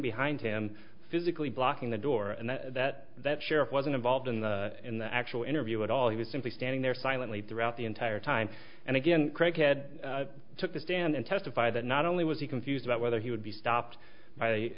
behind him physically blocking the door and that that sheriff wasn't involved in the in the actual interview at all he was simply standing there silently throughout the entire time and again craig had took the stand and testify that not only was he confused about whether he would be stopped by